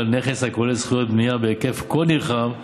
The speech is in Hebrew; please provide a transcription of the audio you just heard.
נכס הכולל זכויות בניה בהיקף כה נרחב.